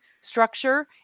structure